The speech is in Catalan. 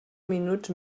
minuts